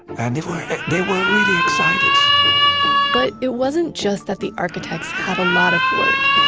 and they were they were really excited but it wasn't just that the architects had a lot of work,